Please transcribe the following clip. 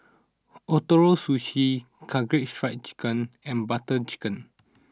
Ootoro Sushi Karaage Fried Chicken and Butter Chicken